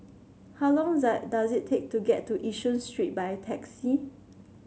how long does it take to get to Yishun Street by taxi